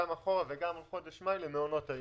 אחורה וגם על חודש מאי למעונות היום.